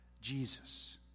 Jesus